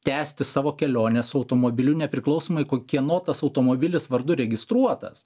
tęsti savo kelionės automobiliu nepriklausomai ko kieno tas automobilis vardu registruotas